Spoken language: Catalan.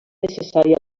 necessària